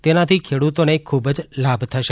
તેનાથી ખેડૂતોને ખૂબ જ લાભ થશે